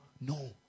no